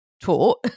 taught